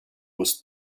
was